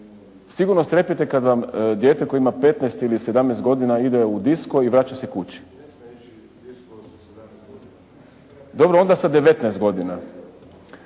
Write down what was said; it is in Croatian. sigurno strepite kada vam dijete koje ima 15 ili 17 godina ide u disco i vraća se kući. Dobro ona sa 19 godina.